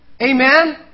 Amen